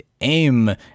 AIM